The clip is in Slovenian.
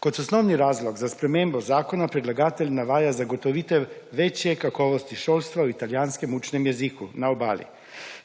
Kot osnovni razlog za spremembo zakona predlagatelj navaja zagotovitev večje kakovosti šolstva v italijanskem učnem jeziku na Obali.